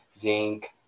zinc